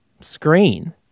screen